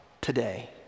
today